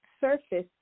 surface